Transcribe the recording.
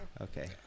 Okay